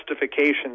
justification